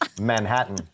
Manhattan